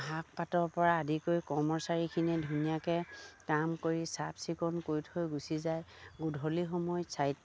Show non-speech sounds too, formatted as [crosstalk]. শাক পাতৰ পৰা আদি কৰি কৰ্মচাৰীখিনি ধুনীয়াকে কাম কৰি চাফ চিকুণ কৰি থৈ গুচি যায় গধূলি সময় [unintelligible]